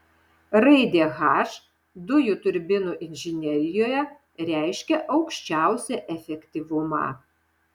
raidė h dujų turbinų inžinerijoje reiškia aukščiausią efektyvumą